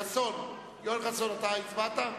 חבר הכנסת יואל חסון, אתה הצבעת?